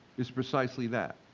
is precisely that.